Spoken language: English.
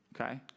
okay